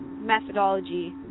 methodology